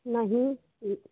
नहीं